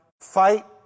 Fight